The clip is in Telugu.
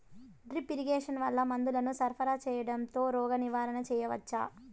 డ్రిప్ ఇరిగేషన్ వల్ల మందులను సరఫరా సేయడం తో రోగ నివారణ చేయవచ్చా?